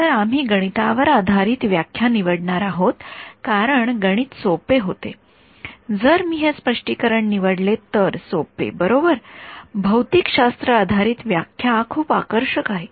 तर आम्ही गणितावर आधारित व्याख्या निवडणार आहोत कारण गणित सोपे होते जर मी हे स्पष्टीकरण निवडले तर सोपे बरोबर भौतिकशास्त्र आधारित व्याख्या खूप आकर्षक आहे